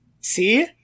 See